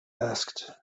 asked